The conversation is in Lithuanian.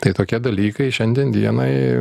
tai tokie dalykai šiandien dienai